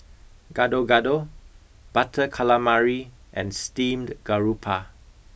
Gado Gado Butter Calamari and Steamed Garoupa